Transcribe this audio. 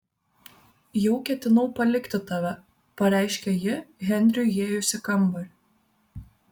jau ketinau palikti tave pareiškė ji henriui įėjus į kambarį